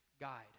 guide